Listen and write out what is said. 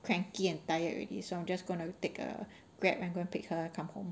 cranky and tired already so I'm just gonna take a grab and go and pick her come home